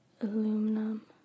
aluminum